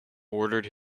ordered